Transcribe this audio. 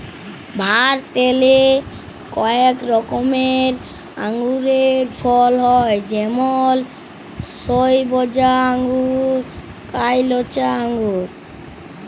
ভারতেল্লে কয়েক রকমের আঙুরের ফলল হ্যয় যেমল সইবজা আঙ্গুর, কাইলচা আঙ্গুর